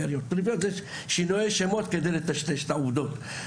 זה שינוי שם כדי לטשטש את העובדות.